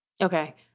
Okay